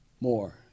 more